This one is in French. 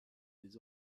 des